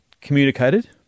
communicated